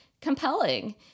compelling